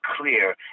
clear